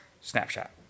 Snapshot